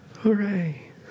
Hooray